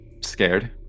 scared